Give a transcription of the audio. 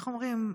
איך אומרים?